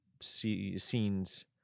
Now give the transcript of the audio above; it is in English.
scenes